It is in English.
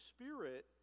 Spirit